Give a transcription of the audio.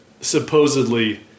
supposedly